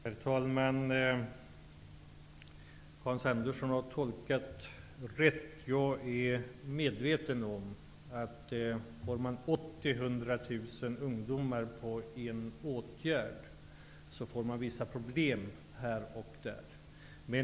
Herr talman! Hans Andersson har tolkat det jag sade rätt. Jag är medveten om, att om mellan 80 000 och 100 000 ungdomar befinner sig inom ramen för en åtgärd, då uppstår vissa problem här och där.